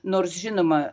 nors žinoma